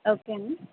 okay అండి